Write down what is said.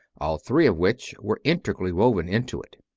all three of which were integrally woven into it.